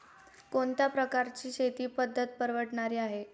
कोणत्या प्रकारची शेती पद्धत परवडणारी आहे?